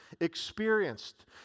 experienced